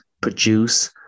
produce